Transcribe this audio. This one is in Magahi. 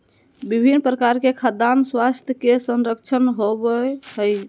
विभिन्न प्रकार के खाद्यान स्वास्थ्य के संरक्षण होबय हइ